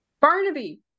Barnaby